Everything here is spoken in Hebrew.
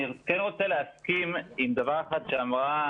אני כן רוצה להסכים עם דבר אחד שאמרה